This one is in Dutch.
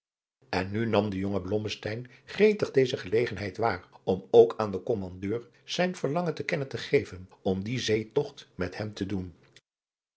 en nu nam de jonge blommesteyn gretig deze gelegenheid waar om ook aan den kommandeur zijn verlangen te kennen te geven om dien zeetogt met hem te doen